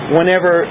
Whenever